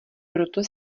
proto